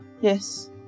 yes